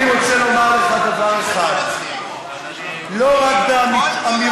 אני רוצה לומר לך דבר אחד: לא רק באמירותיך